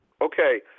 Okay